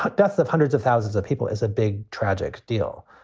but deaths of hundreds of thousands of people is a big tragic deal,